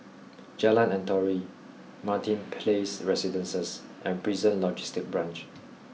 Jalan Antoi Martin Place Residences and Prison Logistic Branch